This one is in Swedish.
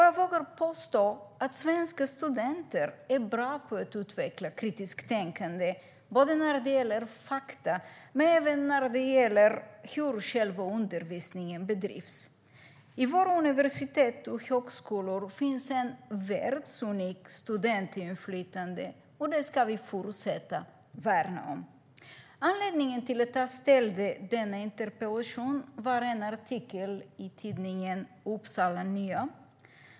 Jag vågar påstå att svenska studenter är bra på att utveckla kritiskt tänkande när det gäller fakta men även när det gäller hur själva undervisningen bedrivs. På våra universitet och högskolor finns ett världsunikt studentinflytande, och det ska vi fortsätta att värna om. Anledningen till att jag ställde denna interpellation var en artikel i Upsala Nya Tidning.